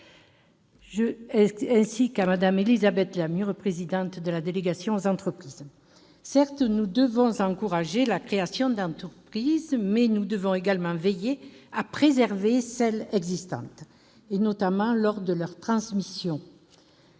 rapporteurs et d'Élisabeth Lamure, présidente de la délégation aux entreprises. Certes, nous devons encourager la création d'entreprises, mais nous devons également veiller à préserver les entreprises existantes, notamment lors de leur transmission.